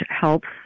helps